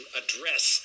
address